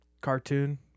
cartoon